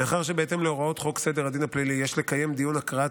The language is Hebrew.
מאחר שבהתאם להוראות חוק סדר הדין הפלילי יש לקיים דיון הקראת